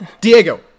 Diego